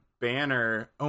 banner